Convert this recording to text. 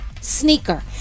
sneaker